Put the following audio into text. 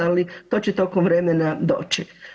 Ali to će tokom vremena doći.